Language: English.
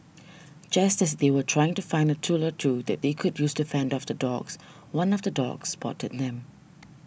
just as they were trying to find a tool or two that they could use to fend off the dogs one of the dogs spotted them